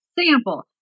sample